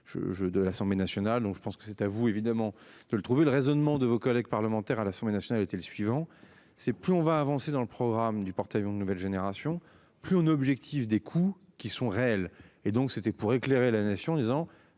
de l'Assemblée nationale. Donc je pense que c'est à vous évidemment de le trouver le raisonnement de vos collègues parlementaires à l'Assemblée nationale était le suivant, c'est plus on va avancer dans le programme du porte-. Avions de nouvelle génération, plus on objectif des coûts qui sont réels et donc c'était pour éclairer la nation disant